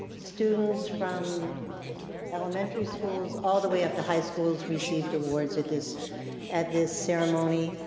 students from elementary schools all the way up to high schools received awards at this at this ceremony,